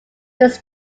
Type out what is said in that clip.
they